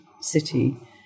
city